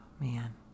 Man